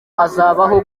azabaho